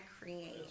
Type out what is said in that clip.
create